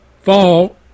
fall